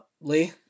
Lee